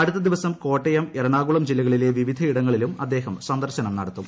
അടുത്ത ദിവസം കോട്ടയം എറണാകുളം ജില്ലകളിലെ വിവിധ ഇടങ്ങളിലും അദ്ദേഹം സന്ദർശനം നടത്തും